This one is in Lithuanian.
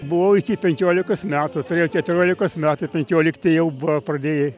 buvau iki penkiolikos metų turėjau keturiolikos metų penkiolikti jau buvo pradėję